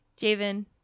Javen